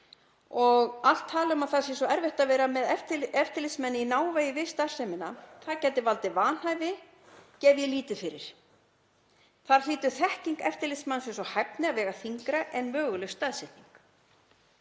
Allt tal um að það sé svo erfitt að vera með eftirlitsmenn í návígi við starfsemina, að það gæti valdið vanhæfi, gef ég lítið fyrir. Þar hlýtur þekking eftirlitsmannsins og hæfni að vega þyngra en möguleg staðsetning.